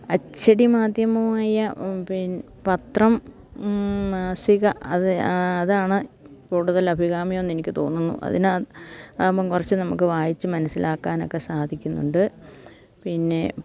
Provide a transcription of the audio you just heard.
അച്ചടി മാധ്യമമായ പത്രം മാസിക അത് അതാണ് കൂടുതൽ അഭികാമ്യമെന്ന് എനിക്ക് തോന്നുന്നു അതിനാകുമ്പം കുറച്ച് നമുക്ക് വായിച്ചു മനസ്സിലാക്കാനൊക്കെ സാധിക്കുന്നുണ്ട് പിന്നെ